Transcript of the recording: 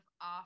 off